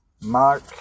Mark